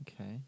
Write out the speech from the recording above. Okay